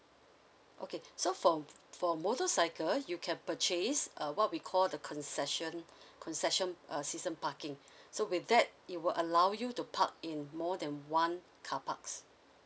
okay so for for motorcycles you can purchase uh what we called the concession concession uh season parking so with that it will allow you to park in more than one carparks